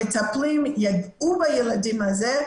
המטפלות ייגעו בילדים האלה,